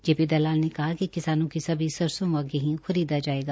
JP Dalal ने कहा कि किसानों की सभी सरसों व गेहं खरीदा जायेगा